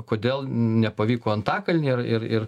kodėl nepavyko antakalnyje ir ir